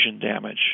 damage